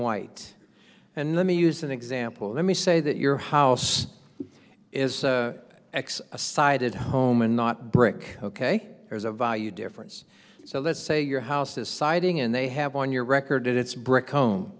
white and let me use an example let me say that your house is x sided home and not brick ok there's a value difference so let's say your house is siding and they have on your record it's brick home